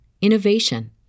innovation